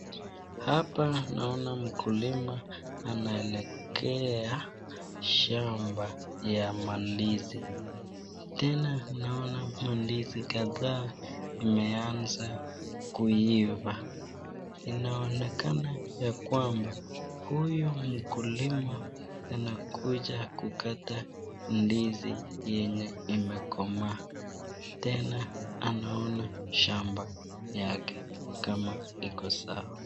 Hapa naona mkulima anaelekea shamba ya mandizi tena naona mandizi kadhaa imeanza kuiva inaonekana ya kwamba huyu mkulima anakuja kukata ndizi yenye imekomaa tena anaona shamba yake kama iko sawa.